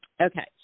Okay